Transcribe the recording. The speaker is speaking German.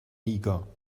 niger